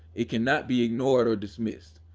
it cannot be ignored or dismissed.